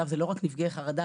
לא רק נפגעי חרדה,